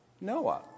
Noah